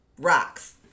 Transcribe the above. rocks